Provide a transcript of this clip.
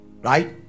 Right